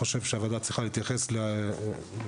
חברי הוועדה צריכים לשמוע את חברי